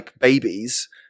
babies